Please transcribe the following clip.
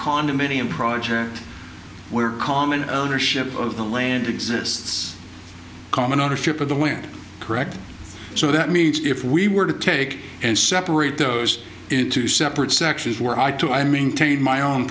condominium project where common ownership of the land exists common ownership of the land correct so that means if we were to take and separate those into separate sections where i to i maintain my own